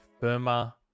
Firma